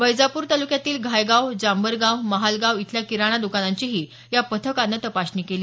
वैजापूर तालुक्यातील घायगाव जांबरगाव महालगाव इथल्या किराणा दुकानांचीही या पथकानं तपासणी केली